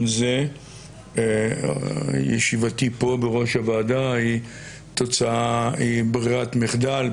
זה ישיבתי פה בראש הוועדה היא ברירת מחדל.